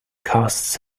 casts